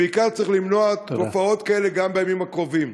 ובעיקר צריך למנוע תופעות כאלה גם בימים הקרובים.